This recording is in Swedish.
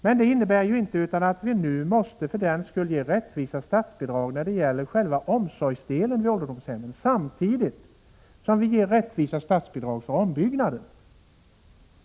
Men det innebär inte att vi inte nu måste ge rättvisa statsbidrag för själva omsorgsdelen i vården på ålderdomshemmen, samtidigt som vi ger rättvisa statsbidrag för ombyggnader.